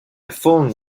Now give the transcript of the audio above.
phone